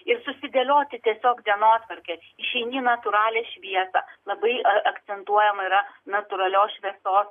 ir susidėlioti tiesiog dienotvarkę išeini į natūralią šviesą labai akcentuojama yra natūralios šviesos